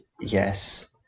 yes